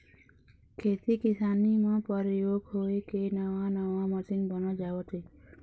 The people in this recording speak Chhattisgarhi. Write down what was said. खेती किसानी म परयोग होय के नवा नवा मसीन बनत जावत हे